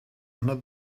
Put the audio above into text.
under